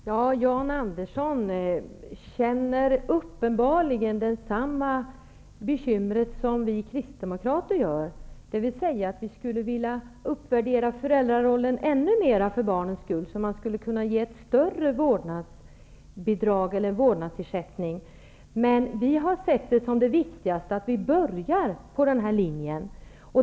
Herr talman! Jan Andersson känner uppenbarligen samma bekymmer som vi kristdemokrater. Vi skulle för barnens skull vilja uppvärdera föräldrarollen ännu mer så att man skulle kunna ge ett större vårdnadsbidrag eller vårdnadsersättning. Men vi har sett det som mest viktigt att vi börjar på denna linje.